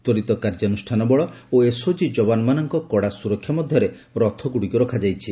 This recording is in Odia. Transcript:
ତ୍ୱରିତ୍ କାର୍ଯ୍ୟାନୁଷ୍ଠାନ ବଳ ଓ ଏସଓଜି ଜବାନମାନଙ୍କ କଡା ସୁରକ୍ଷା ମଧ୍ଘରେ ରଥଗୁଡିକୁ ରଖାଯାଇଛି